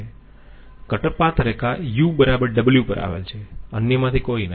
cutter પાથ રેખા uw પર આવેલ છે અન્યમાંથી કોઈ નહીં